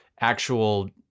actual